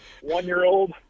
one-year-old